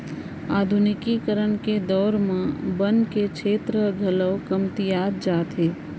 आधुनिकीकरन के दौर म बन के छेत्र ह घलौ कमतियात जावत हे